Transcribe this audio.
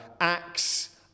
acts